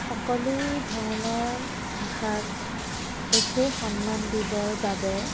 সকলো ধৰণৰ ভাষাক একে সন্মান দিবৰ বাবে